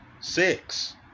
Six